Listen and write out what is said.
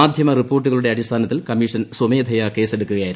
മാധ്യമ റിപ്പോർട്ടുകളുടെ അടിസ്ഥാനത്തിൽ കമ്മീഷൻ സ്വമേധയ കേസെടുക്കുകയായിരുന്നു